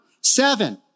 Seven